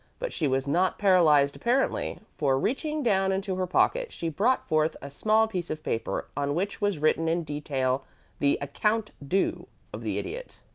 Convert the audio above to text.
but she was not paralyzed apparently, for reaching down into her pocket she brought forth a small piece of paper, on which was written in detail the account due of the idiot.